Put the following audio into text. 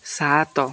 ସାତ